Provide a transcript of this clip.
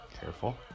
Careful